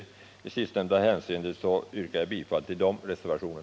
I det sistnämnda hänseendet yrkar jag bifall till dessa reservationer.